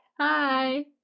Hi